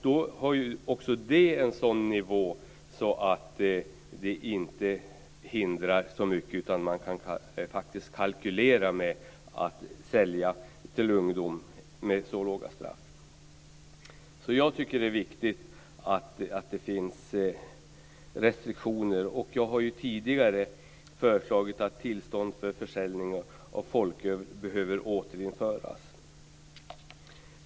Det handlar om en sådan nivå att det inte hindrar särskilt mycket utan att de som säljer folköl till ungdomar kan kalkylera med detta. Jag tycker att det är viktigt att det finns restriktioner. Jag har tidigare föreslagit att tillstånd för försäljning av folköl behöver återinföras.